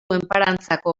enparantzako